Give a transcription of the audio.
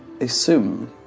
assume